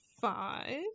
five